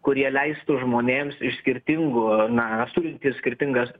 kurie leistų žmonėms iš skirtingų na turintys skirtingas